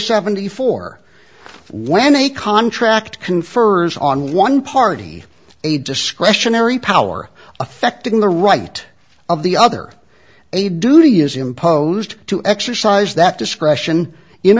seventy four when a contract confers on one party a discretionary power affecting the right of the other a duty is imposed to exercise that discretion in